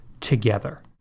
together